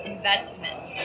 investment